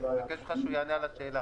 אני מבקש ממך שהוא יענה על השאלה,